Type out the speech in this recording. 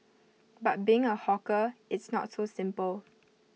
but being A hawker it's not so simple